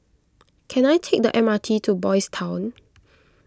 can I take the M R T to Boys' Town